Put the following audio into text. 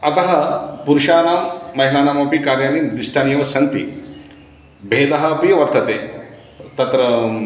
अतः पुरुषाणां महिलानामपि कार्याणि दृष्टानि एव सन्ति भेदः अपि वर्तते तत्र